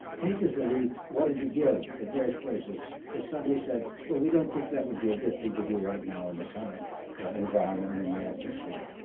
papers that we wanted to give at various places were suddenly said, well we don't think that would be a good thing to do right now in the current environment and the atmosphere.